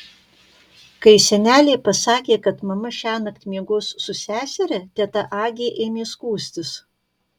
kai senelė pasakė kad mama šiąnakt miegos su seseria teta agė ėmė skųstis